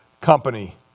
company